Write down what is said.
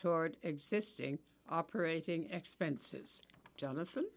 toward existing operating expenses jonathan